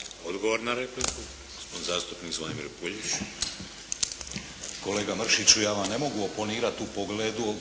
Zvonimir Puljić. **Puljić, Zvonimir (HDZ)** Kolega Mršiću, ja vam ne mogu oponirat u pogledu